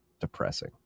depressing